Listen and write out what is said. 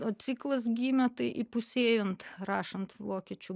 o ciklas gimė tai įpusėjant rašant vokiečių